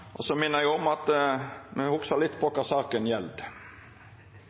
om at vi hugsar litt på kva saka gjeld.